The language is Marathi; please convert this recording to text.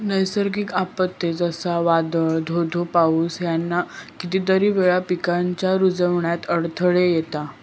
नैसर्गिक आपत्ते, जसा वादाळ, धो धो पाऊस ह्याना कितीतरी वेळा पिकांच्या रूजण्यात अडथळो येता